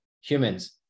humans